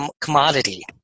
commodity